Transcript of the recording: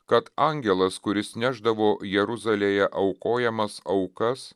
kad angelas kuris nešdavo jeruzalėje aukojamas aukas